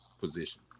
position